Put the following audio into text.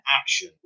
action